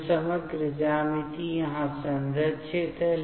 तो समग्र ज्यामिति यहाँ संरक्षित है